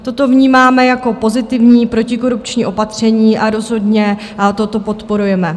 Toto vnímáme jako pozitivní protikorupční opatření a rozhodně toto podporujeme.